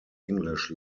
english